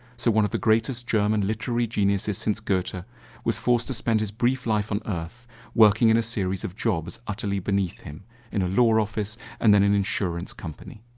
so one of the greatest german literary geniuses since goethe but was forced to spend his brief life on earth working in a series of jobs utterly beneath him in a lawyer office and then an insurance company.